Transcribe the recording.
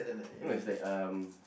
no it's like um